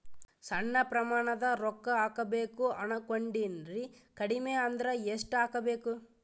ಸಣ್ಣ ಪ್ರಮಾಣದ ರೊಕ್ಕ ಹಾಕಬೇಕು ಅನಕೊಂಡಿನ್ರಿ ಕಡಿಮಿ ಅಂದ್ರ ಎಷ್ಟ ಹಾಕಬೇಕು?